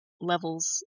levels